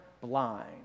blind